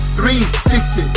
360